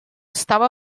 estava